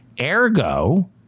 Ergo